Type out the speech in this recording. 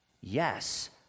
Yes